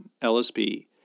LSP